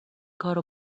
کارو